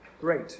great